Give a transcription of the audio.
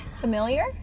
Familiar